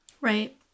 Right